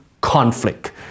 conflict